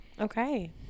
okay